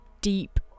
deep